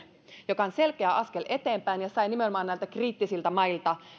joka on selkeä askel eteenpäin ja sai nimenomaan myöskin näiltä kriittisiltä mailta